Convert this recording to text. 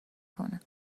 کنه